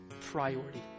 priority